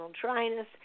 dryness